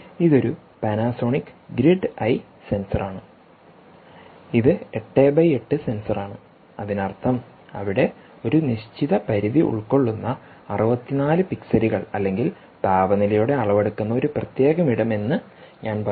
ഇതൊരു Panasonic grid eye sensor ആണ് ഇത് 8 × 8 സെൻസറാണ് അതിനർത്ഥം അവിടെ ഒരു നിശ്ചിത പരിധി ഉൾക്കൊള്ളുന്ന 64 പിക്സലുകൾ അല്ലെങ്കിൽ താപനിലയുടെ അളവെടുക്കുന്ന ഒരു പ്രത്യേക ഇടം എന്ന് ഞാൻ പറയും